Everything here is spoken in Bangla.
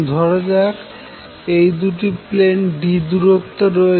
ধরাযাক এই দুটি প্লেন d দূরত্বে রয়েছে